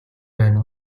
байна